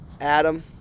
Adam